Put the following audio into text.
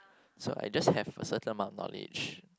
so I just have a certain amount of knowledge